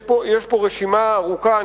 יש פה רשימה ארוכה,